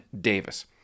Davis